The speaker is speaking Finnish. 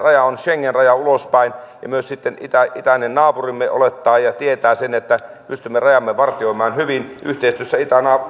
rajamme on schengen raja ulospäin ja myös sitten itäinen itäinen naapurimme olettaa ja tietää sen että pystymme rajamme vartioimaan hyvin yhteistyössä